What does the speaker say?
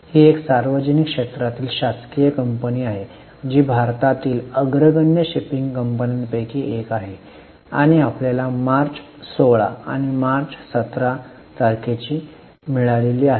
ही एक सार्वजनिक क्षेत्रातील शासकीय कंपनी आहे जी भारतातील अग्रगण्य शिपिंग कंपन्यांपैकी एक आहे आणि आपल्याला मार्च 16 आणि मार्च 17 तारखेची मिळाली आहे